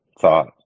thought